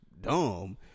dumb